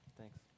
Thanks